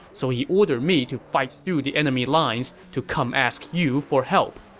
so he ordered me to fight through the enemy lines to come ask you for help.